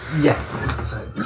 yes